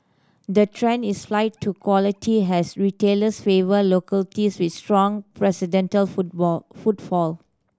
the trend is flight to quality has retailers favour localities with strong football footfall